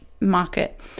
market